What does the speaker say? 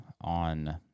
on